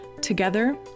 Together